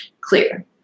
clear